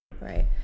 right